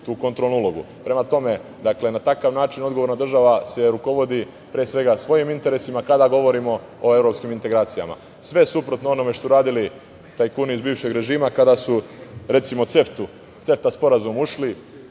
tu kontrolnu ulogu. Prema tome, na takav način odgovorna država se rukovodi pre svega svojim interesima kada govorimo o evropskim integracijama. Dakle, sve suprotno onome što su radili tajkuni iz bivšeg režima, kada su, recimo, u CEFTA sporazum ušli